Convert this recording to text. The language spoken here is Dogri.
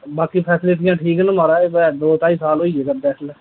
बाकि फैसिलिटियां ठीक न म्हाराज भैंऽ दो ढाई साल होई गे करदे इसलै